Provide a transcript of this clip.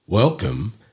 Welcome